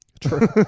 true